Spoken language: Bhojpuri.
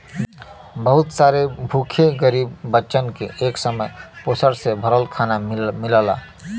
बहुत सारे भूखे गरीब बच्चन के एक समय पोषण से भरल खाना मिलला